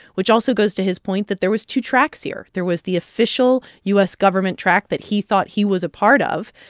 which also goes to his point that there was two tracks here. there was the official u s. government track that he thought he was a part of,